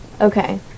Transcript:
Okay